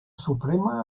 suprema